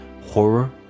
horror